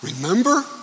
remember